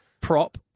prop